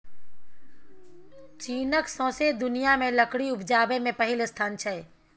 चीनक सौंसे दुनियाँ मे लकड़ी उपजाबै मे पहिल स्थान छै